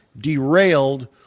derailed